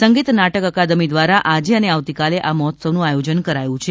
સંગીત નાટક અકાદમી દ્વારા આજે અને આવતીકાલે આ મહોત્સવનું આયોજન કરાયું છે